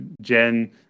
jen